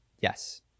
Yes